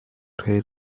hair